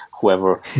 whoever